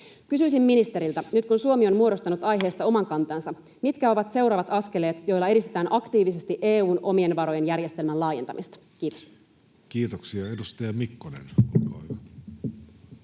Kysyisin ministeriltä: nyt kun Suomi on muodostanut aiheesta oman kantansa, niin mitkä ovat seuraavat askeleet, joilla edistetään aktiivisesti EU:n omien varojen järjestelmän laajentamista? — Kiitos. [Speech 340]